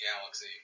Galaxy